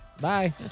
Bye